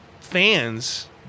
fans